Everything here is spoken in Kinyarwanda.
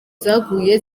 zaguye